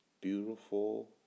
...beautiful